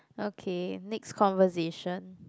okay next conversation